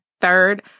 Third